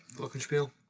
glockenspiel?